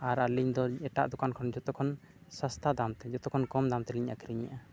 ᱟᱨ ᱟᱹᱞᱤᱧ ᱫᱚ ᱮᱴᱟᱜ ᱫᱳᱠᱟᱱ ᱠᱷᱚᱱ ᱡᱚᱛᱚ ᱠᱷᱚᱱ ᱥᱚᱥᱛᱟ ᱫᱟᱢᱛᱮ ᱡᱚᱛᱚ ᱠᱷᱚᱱ ᱠᱚᱢ ᱫᱟᱢ ᱛᱮᱞᱤᱧ ᱟᱹᱠᱷᱨᱤᱧᱮᱫᱼᱟ